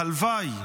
והלוואי